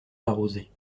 arroser